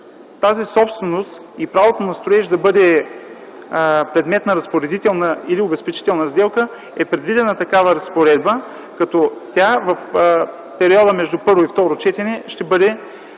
тази собственост и правото на строеж да бъдат предмет на разпоредителна или обезпечителна сделка е предвидена такава разпоредба, като тя в периода между първо и второ четене ще бъде